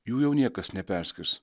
jų jau niekas neperskirs